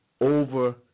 over